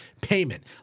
Payment